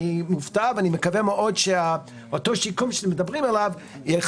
אני מופתע ומקווה שהשיקום יכלול.